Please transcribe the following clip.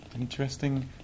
interesting